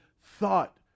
thought